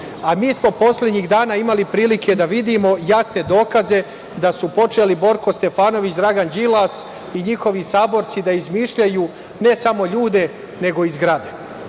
laži. Mi smo poslednjih dana imali prilike da vidimo jasne dokaze da su počeli Borko Stefanović, Dragan Đilas i njihovi saborci da izmišljaju ne samo ljude, nego i zgrade.